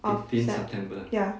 of sept~ ya